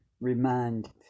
remind